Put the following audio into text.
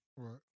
Right